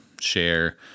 share